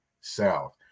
South